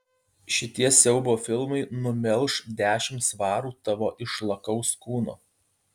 šitie siaubo filmai numelš dešimt svarų tavo išlakaus kūno